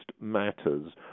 matters